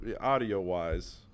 audio-wise